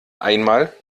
einmal